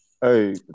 Hey